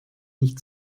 nicht